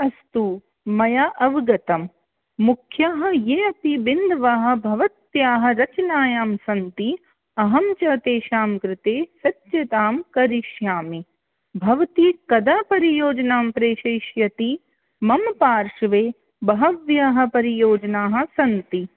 अस्तु मया अवगतं मुख्याः ये अति बिन्दवः भवत्याः रचनायां सन्ति अहं च तेषां कृते सत्यतां करिष्यामि भवति कदा परियोजनां प्रेषयिष्यति मम पार्श्वे बहव्यः परियोजनाः सन्ति